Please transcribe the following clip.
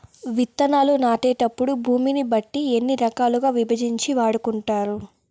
విత్తనాలు నాటేటప్పుడు భూమిని బట్టి ఎన్ని రకాలుగా విభజించి వాడుకుంటారు?